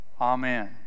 Amen